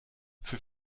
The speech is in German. für